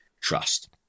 trust